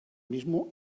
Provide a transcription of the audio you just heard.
mismo